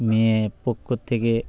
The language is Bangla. মেয়ে পক্ষ থেকে